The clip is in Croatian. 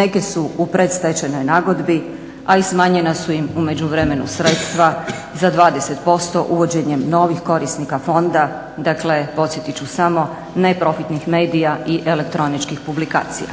neke su u predstečajnoj nagodbi a i smanjena su im u međuvremenu sredstva za 20% uvođenjem novih korisnika fonda, dakle podsjetit ću samo neprofitnih medija i elektroničkih publikacija.